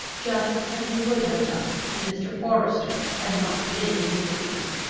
just as he would have done if mr. forester had not been in existence.